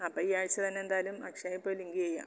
അപ്പം ഈ ആഴ്ച തന്നെ എന്തായാലും അക്ഷയെ പോയി ലിങ്ക് ചെയ്യാം